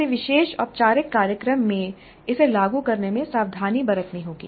किसी विशेष औपचारिक कार्यक्रम में इसे लागू करने में सावधानी बरतनी होगी